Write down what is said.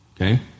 Okay